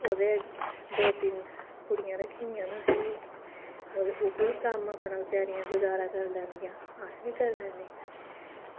ओह्दे दो तिन्न कुड़ियां रक्खी दियां न असें बी ओह्बी कम्म अपना बेचारियां गुजारा करी लैंदियां अस बी करी लैन्ने